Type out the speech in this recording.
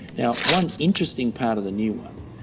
now one interesting part of the new one,